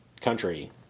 country